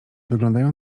wyglądają